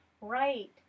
right